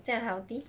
在 healthy